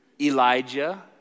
Elijah